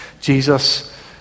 Jesus